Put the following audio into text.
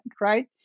Right